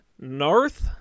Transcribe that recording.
North